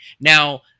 Now